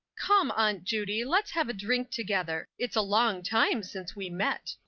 come, aunt judy, let's have a drink together. it's a long time since we met.